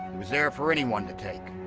was there for anyone to take.